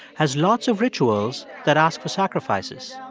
has lots of rituals that ask for sacrifices,